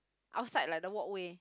outside like the walkway